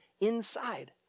inside